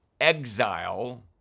exile